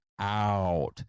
out